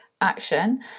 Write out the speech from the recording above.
action